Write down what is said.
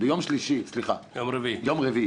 שביום רביעי